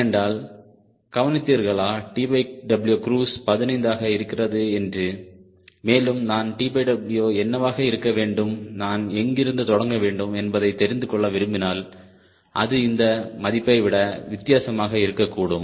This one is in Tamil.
ஏனென்றால் கவனித்தீர்களா TW க்ருஸ் 15 ஆக இருக்கிறது என்று மேலும் நான் TW என்னவாக இருக்க வேண்டும் நான் எங்கிருந்து தொடங்க வேண்டும் என்பதை தெரிந்து கொள்ள விரும்பினால் அது இந்த மதிப்பை விட வித்தியாசமாக இருக்கக்கூடும்